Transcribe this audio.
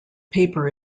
paper